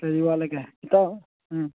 ꯀꯔꯤ ꯋꯥꯠꯂꯤꯒꯦ ꯏꯇꯥꯎ ꯎꯝ